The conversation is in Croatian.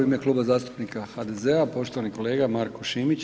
U ime Kluba zastupnika HDZ-a poštovani kolega Marko Šimić.